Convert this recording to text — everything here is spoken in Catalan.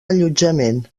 allotjament